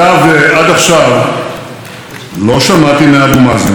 (חברת הכנסת תמר זנדברג יוצאת מאולם המליאה.)